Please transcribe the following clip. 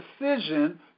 decision